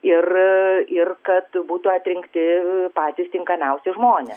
ir kad būtų atrinkti patys tinkamiausi žmonės